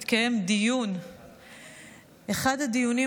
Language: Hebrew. אחד הדיונים,